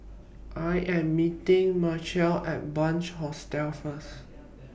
I Am meeting Marshal At Bunc Hostel First